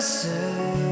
say